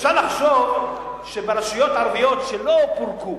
אפשר לחשוב שברשויות הערביות שלא פורקו,